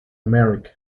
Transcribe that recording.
america